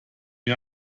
wie